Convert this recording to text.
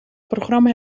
programma